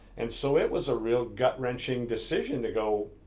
and so it was a real gut wrenching decision to go,